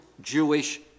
Jewish